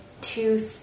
two